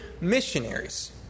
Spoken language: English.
missionaries